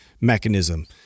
mechanism